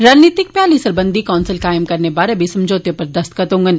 रणनीतिक भ्याली सरबंधी कौंसल कायम करने बारै बी समझौते उप्पर दस्तख्त होंडन